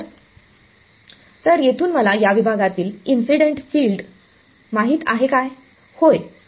तर येथून मला या विभागातील इन्सिडेंट फिल्ड माहित आहे काय